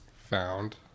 found